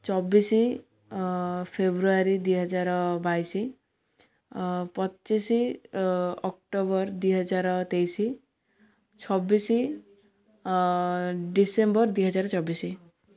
ଚବିଶ ଫେବୃଆରୀ ଦୁଇ ହଜାର ବାଇଶ ପଚିଶ ଅକ୍ଟୋବର ଦୁଇ ହଜାର ତେଇଶ ଛବିଶ ଡିସେମ୍ବର ଦୁଇ ହଜାର ଚବିଶ